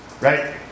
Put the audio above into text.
Right